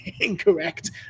incorrect